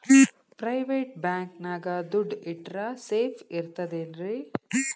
Private bank ನ್ಯಾಗ್ ದುಡ್ಡ ಇಟ್ರ ಸೇಫ್ ಇರ್ತದೇನ್ರಿ?